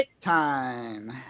time